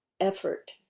effort